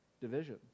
Division